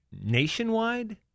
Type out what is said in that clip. nationwide